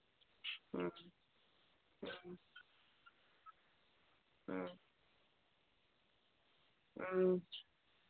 ꯎꯝ ꯎꯝ ꯎꯝ ꯎꯝ